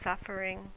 suffering